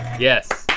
yes.